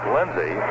Lindsay